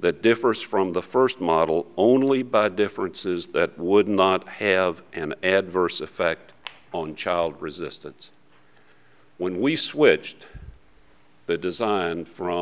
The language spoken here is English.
that differs from the first model only but differences that would not have an adverse effect on child resistance when we switched the design from